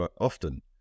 often